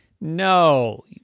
No